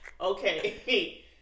okay